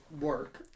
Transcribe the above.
work